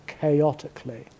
chaotically